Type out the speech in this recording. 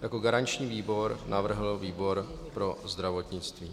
Jako garanční výbor navrhl výbor pro zdravotnictví.